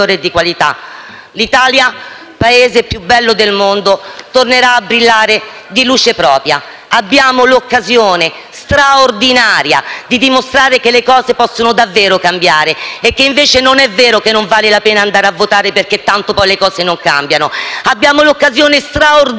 L'Italia, Paese più bello del mondo, tornerà a brillare di luce propria. Abbiamo l'occasione straordinaria di dimostrare che le cose possono davvero cambiare e che invece non è vero che non vale la pena andare a votare perché tanto poi le cose non cambiano. Abbiamo l'occasione straordinaria